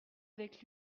avec